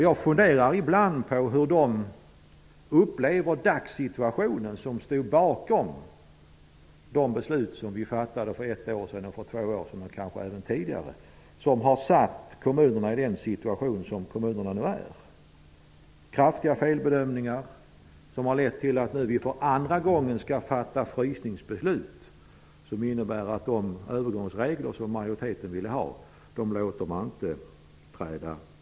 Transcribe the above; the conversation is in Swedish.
Jag funderar ibland på hur de upplever dagens situation, de som stod bakom de beslut som vi fattade för ett år sedan, för två år sedan och kanske även tidigare. De besluten har försatt kommunerna i den situation som de nu befinner sig i. Kraftiga felbedömningar har lett till att vi nu för andra gången skall fatta frysningsbeslut, som innebär att man inte låter de övergångsregler som majoriteten vill ha träda i kraft.